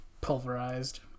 pulverized